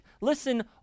listen